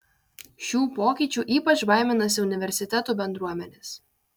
šių pokyčių ypač baiminasi universitetų bendruomenės